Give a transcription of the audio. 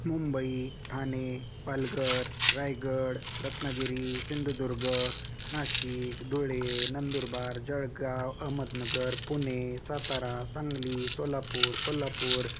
Mumbai Thane Palghar Raigad Ratnagiri Sindhudurg Nashik Dhule Nandurbar Jalgaon Ahmednagar Pune Satara Sangli Solapur Kolhapur